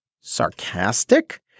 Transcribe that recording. sarcastic